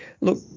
look